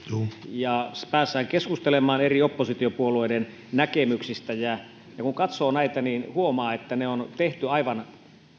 ja päästään keskustelemaan eri oppositiopuolueiden näkemyksistä kun katsoo näitä niin huomaa että ne on tehty aivan